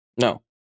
no